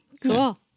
Cool